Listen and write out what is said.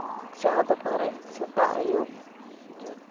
ᱡᱟᱦᱟᱸ ᱫᱚᱠᱟᱱᱨᱮ ᱥᱮᱛᱟᱜ ᱟᱹᱭᱩᱵ